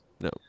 No